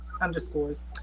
Underscores